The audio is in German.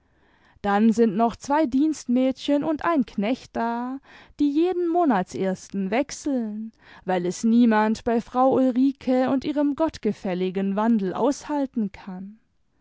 dann sind noch zwei dienstmädchen und ein knecht da die jeden monatsersten wechseln weil es niemand bei frau ulrike und ihrem gottgefälligen wandel aushalten kann